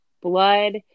blood